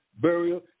burial